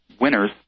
winners